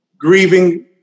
Grieving